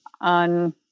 on